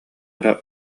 эрэ